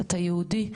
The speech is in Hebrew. אתה יהודי,